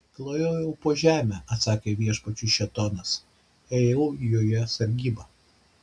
klajojau po žemę atsakė viešpačiui šėtonas ėjau joje sargybą